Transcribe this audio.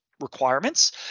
requirements